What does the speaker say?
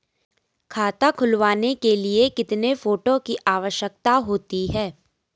खाता खुलवाने के लिए कितने फोटो की आवश्यकता होती है?